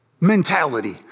mentality